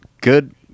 Good